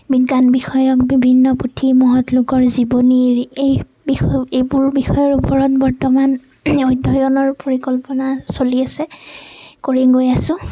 বিজ্ঞান বিষয়ক বিভিন্ন পুথি মহৎ লোকৰ জীৱনী এই বিষয় এইবোৰ বিষয়ৰ ওপৰত বৰ্তমান অধ্যয়নৰ পৰিকল্পনা চলি আছে কৰি গৈ আছোঁ